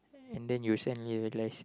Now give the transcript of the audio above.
and then you suddenly realise